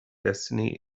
destiny